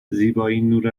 نور